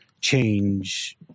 change